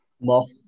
Moth